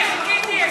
אני חיכיתי,